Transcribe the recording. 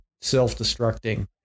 self-destructing